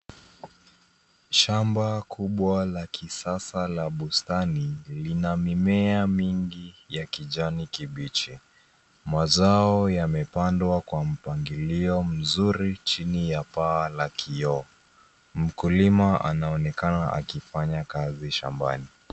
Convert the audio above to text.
Shamba kubwa la kisasa la bustani lina mimea mingi ya kijani kibichi. Mazao yamepandwa kwa mpangilio mzuri chini ya paa la kioo. Mkulima anaonekana akifanya kazi shambani.